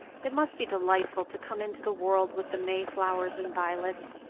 it must be delightful to come into the world with the mayflowers and violets.